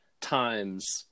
times